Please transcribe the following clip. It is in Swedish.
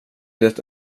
det